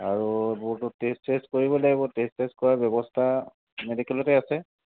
আৰু এইবোৰতো টেষ্ট চেষ্ট কৰিব লাগিব টেষ্ট চেষ্ট কৰাৰ ব্যৱস্থা মেডিকেলতে আছে